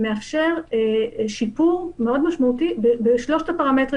מאפשר שיפור מאוד משמעותי בשלושת הפרמטרים